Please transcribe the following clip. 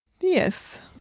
yes